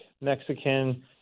Mexican